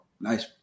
nice